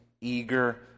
eager